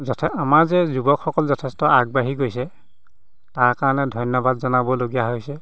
যথে আমাৰ যে যুৱকসকল যথেষ্ট আগবাঢ়ি গৈছে তাৰ কাৰণে ধন্যবাদ জনাবলগীয়া হৈছে